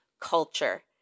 culture